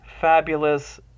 fabulous